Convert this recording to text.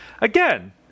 again